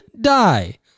Die